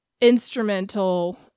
instrumental